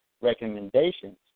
recommendations